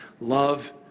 Love